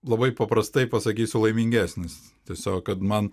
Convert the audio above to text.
labai paprastai pasakysiu laimingesnis tiesiog kad man